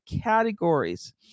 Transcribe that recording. categories